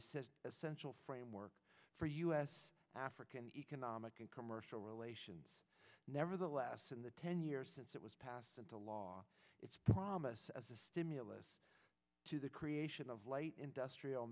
essential framework for u s african economic and commercial relations nevertheless in the ten years since it was passed into law its promise as a stimulus to the creation of light industrial